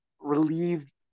relieved